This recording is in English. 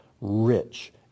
rich